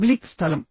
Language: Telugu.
పబ్లిక్ స్థలం